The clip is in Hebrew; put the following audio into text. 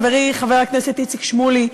חברי חבר הכנסת איציק שמולי,